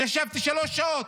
וישבתי שלוש שעות.